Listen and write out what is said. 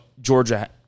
Georgia